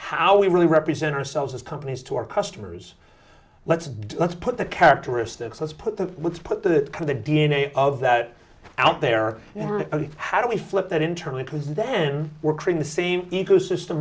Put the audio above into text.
how we really represent ourselves as companies to our customers let's let's put the characteristics let's put the let's put the or the d n a of that out there how do we flip that internally because then we're trying the same ecosystem